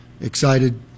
excited